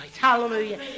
Hallelujah